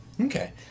Okay